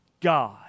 God